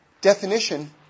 definition